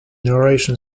narration